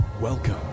Welcome